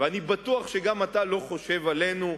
ואני בטוח שגם אתה לא חושב עלינו,